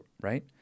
right